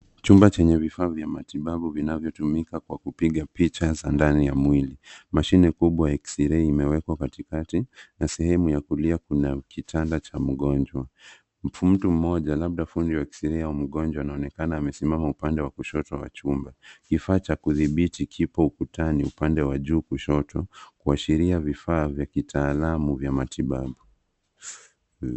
Chumba chenye vifaa vya matibabu vinavyotumika kwa kupiga picha za ndani ya mwili. Mashine kubwa ya x-ray imewekwa katikati, na sehemu ya kulia kuna kitanda cha mgonjwa. Mtu mmoja, labda fundi wa x-ray au mgonjwa anaonekana amesimama upande wa kushoto wa chumba. Kifaa cha kudhibiti kipo ukutani upande wa juu kushoto, kuashiria vifaa vya kitaalamu vya matibabu.